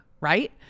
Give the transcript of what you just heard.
right